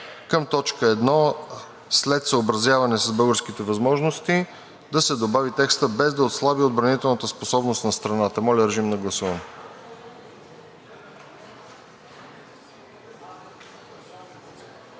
към т. 1 – след „съобразяване с българските възможности“ да се добави текстът „без да отслаби отбранителната способност на страната“. Моля, режим на гласуване.